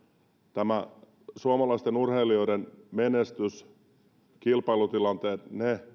tämä suomalaisten urheilijoiden menestys ja kilpailutilanteet